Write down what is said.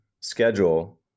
schedule